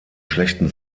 schlechten